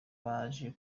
baje